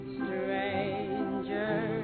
stranger